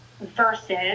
Versus